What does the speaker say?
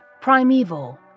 primeval